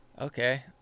okay